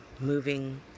moving